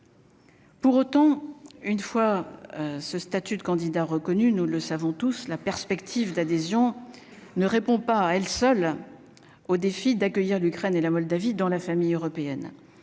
Pour autant, une fois ce statut de candidat reconnu, nous le savons tous la perspective d'adhésion ne répond pas à elle seule au défi d'accueillir l'Ukraine et la Moldavie dans la famille européenne,